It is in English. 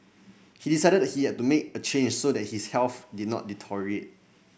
he decided he had to make a change so that his health did not deteriorate